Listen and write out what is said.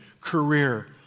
career